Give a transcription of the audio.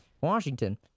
Washington